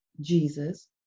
Jesus